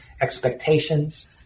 expectations